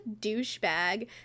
douchebag